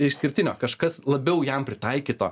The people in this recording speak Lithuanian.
išskirtinio kažkas labiau jam pritaikyto